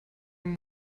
much